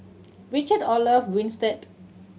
Richard Olaf Winstedt